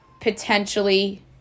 potentially